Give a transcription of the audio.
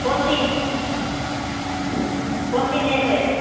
कोन दिन कोन दिन अयबै